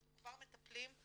אנחנו כבר מטפלים"